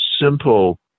simple